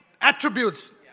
attributes